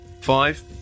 Five